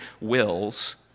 wills